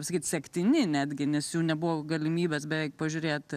pasakyt sektini netgi nes jų nebuvo galimybės beveik pažiūrėt